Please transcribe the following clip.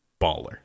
Baller